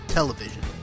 Television